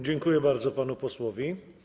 Dziękuję bardzo panu posłowi.